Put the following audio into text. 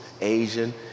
Asian